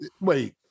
wait